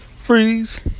Freeze